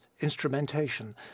instrumentation